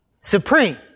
supreme